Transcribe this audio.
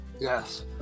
Yes